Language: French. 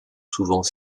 souvent